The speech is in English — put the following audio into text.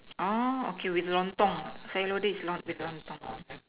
oh okay with the Lontong say lot did not with Lontong